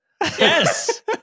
yes